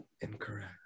Incorrect